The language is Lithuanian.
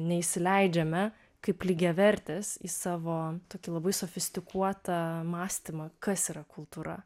neįsileidžiame kaip lygiavertės į savo tokį labai sofistikuotą mąstymą kas yra kultūra